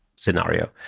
scenario